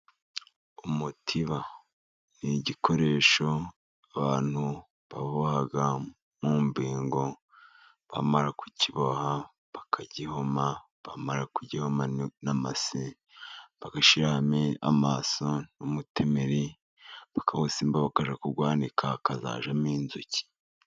Umutiba ni igikoresho abantu baboha mu mbingo bamara kukiboha bakagihoma. Bamara kugihoma n'amase bagashiramo amaso n'umutemeri bakawusembaho bakajya kuwanika hakazajyamo inzuki.